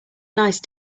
nice